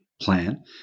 plan